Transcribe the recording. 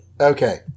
okay